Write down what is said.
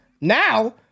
Now